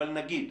אבל נגיד.